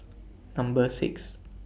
Number six